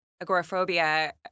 agoraphobia